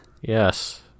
Yes